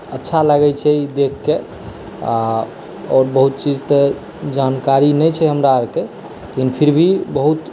अच्छा लागै छै देखकेँ आ बहुत चीज तऽ जानकारी नहि छै हमरा आरकेँ लेकिन फिर भी बहुत